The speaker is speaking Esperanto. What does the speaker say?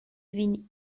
vin